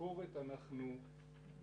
שבביקורת אנחנו במקרים